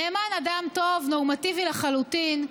נאמן אדם טוב, נורמטיבי לחלוטין.